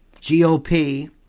GOP